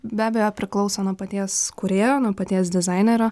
be abejo priklauso nuo paties kūrėjo nuo paties dizainerio